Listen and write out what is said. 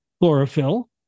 chlorophyll